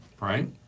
Right